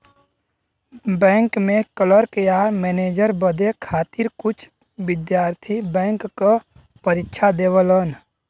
bank में clerk या manager बने खातिर कुछ विद्यार्थी बैंक क परीक्षा देवलन